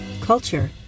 culture